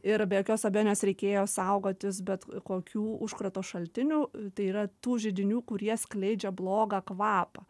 ir be jokios abejonės reikėjo saugotis bet kokių užkrato šaltinių tai yra tų židinių kurie skleidžia blogą kvapą